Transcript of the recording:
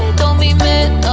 don't be mad